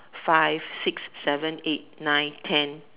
five six seven eight nine ten